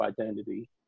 identity